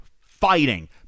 fighting